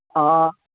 ꯑꯥ